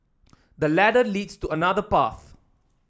the ladder leads to another path